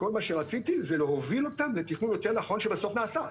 כל מה שרציתי זה להוביל אותם לתכנון יותר נכון שבסוף נעשה,